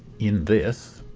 in this